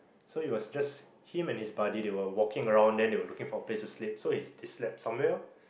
so it was just him and his buddy they were walking around then they were looking for a place to sleep so he they slept somewhere loh